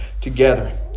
together